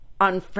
on